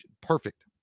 perfect